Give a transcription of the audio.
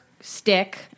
stick